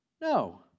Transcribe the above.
No